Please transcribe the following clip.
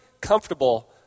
comfortable